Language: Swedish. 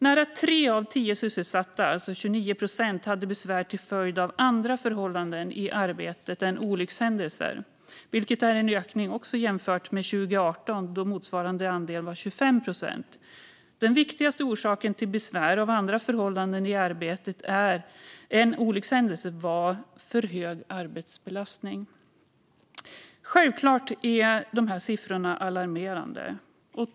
Nära tre av tio sysselsatta, 29 procent, hade besvär till följd av andra förhållanden i arbetet än olyckshändelser, vilket var en ökning jämfört med 2018, då motsvarande andel var 25 procent. Den viktigaste orsaken till besvär av andra förhållanden i arbetet än olyckshändelse var för hög arbetsbelastning. Självklart är de siffrorna alarmerande.